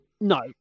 No